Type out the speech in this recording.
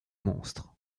monstres